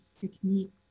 techniques